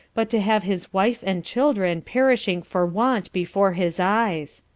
but to have his wife and children perishing for want before his eyes!